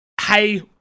hey